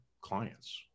clients